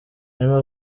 arimo